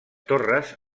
torres